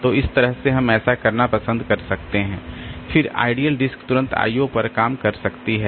तो इस तरह से हम ऐसा करना पसंद कर सकते हैं फिर आइडियल डिस्क तुरंत IO पर काम कर सकती है